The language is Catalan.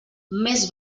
més